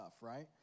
right